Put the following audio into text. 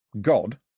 God